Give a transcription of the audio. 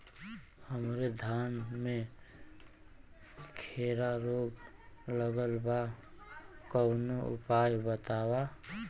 हमरे धान में खैरा रोग लगल बा कवनो उपाय बतावा?